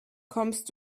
kommst